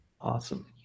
Awesome